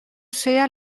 sea